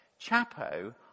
Chapo